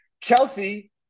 Chelsea